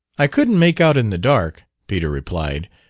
i couldn't make out in the dark, peter replied.